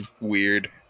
weird